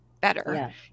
better